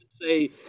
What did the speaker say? say